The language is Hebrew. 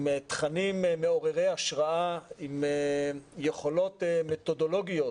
עם תכנים מעוררי השראה, עם יכולות מתודולוגיות